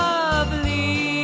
Lovely